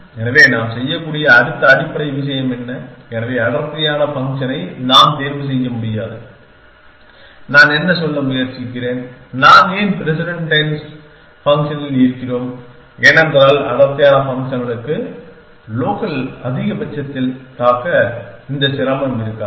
எனவே நாம் செய்யக்கூடிய அடுத்த அடிப்படை விஷயம் என்ன எனவே அடர்த்தியான ஃபங்க்ஷனை நாம் தேர்வு செய்ய முடியாது நான் என்ன சொல்ல முயற்சிக்கிறேன் நாம் ஏன் ப்ரெசிடெண்ட் டென்ஸ் ஃபங்க்ஷனில் இருக்கிறோம் ஏனென்றால் அடர்த்தியான ஃபங்க்ஷன்களுக்கு லோக்கல் அதிகபட்சத்தில் தாக்க இந்த சிரமம் இருக்காது